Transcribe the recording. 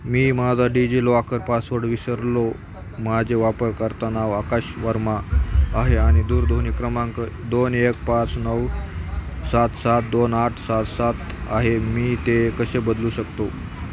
मी माझा DigiLocker password विसरलो माझे वापरकर्ता नाव आकाश वर्मा आहे आणि दूरध्वनी क्रमांक दोन एक पाच नऊ सात सात दोन आठ सात सात आहे मी ते कसे बदलू शकतो